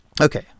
okay